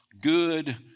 Good